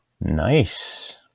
Nice